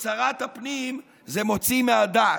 את שרת הפנים זה מוציא מהדעת,